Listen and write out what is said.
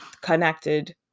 connected